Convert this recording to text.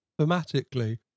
thematically